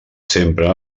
sempre